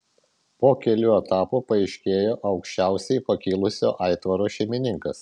po kelių etapų paaiškėjo aukščiausiai pakilusio aitvaro šeimininkas